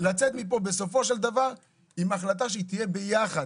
לצאת מפה בסופו של דבר עם החלטה שתהיה ביחד,